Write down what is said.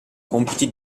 compiti